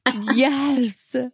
Yes